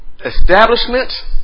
establishment